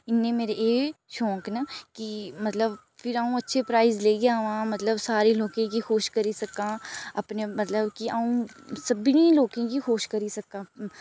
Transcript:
इ'न्ने मेरे एह् शौक न की मतलब फिर अ'ऊं अच्छे प्राइज लेइयै आवां मतलब सारे लोकें गी खुश करी सक्कां अपने मतलब कि अ'ऊं सभनीं लोकें गी खुश करी सक्कां